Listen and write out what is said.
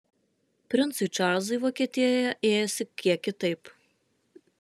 princui čarlzui vokietijoje ėjosi kiek kitaip